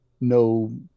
no